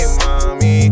mommy